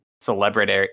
celebrity